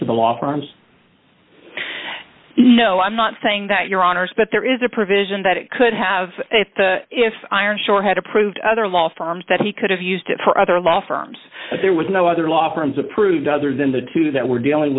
to the law firms no i'm not saying that your honors but there is a provision that it could have if if irish or had approved other law firms that he could have used for other law firms there was no other law firms approved other than the two that we're dealing